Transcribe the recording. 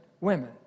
women